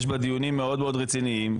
יש בה דיונים מאוד מאוד רציניים,